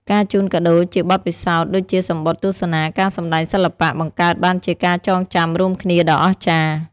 ការជូនកាដូជាបទពិសោធន៍ ដូចជាសំបុត្រទស្សនាការសម្ដែងសិល្បៈ បង្កើតបានជាការចងចាំរួមគ្នាដ៏អស្ចារ្យ។